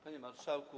Panie Marszałku!